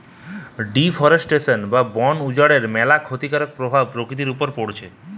deforestation বা বন উজাড়ের ম্যালা ক্ষতিকারক প্রভাব প্রকৃতির উপর পড়তিছে